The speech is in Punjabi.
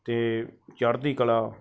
ਅਤੇ ਚੜ੍ਹਦੀ ਕਲਾ